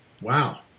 Wow